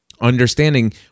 understanding